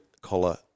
collar